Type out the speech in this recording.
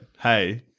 hey-